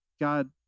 God